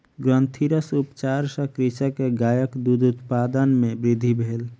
ग्रंथिरस उपचार सॅ कृषक के गायक दूध उत्पादन मे वृद्धि भेल